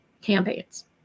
campaigns